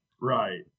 Right